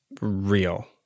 real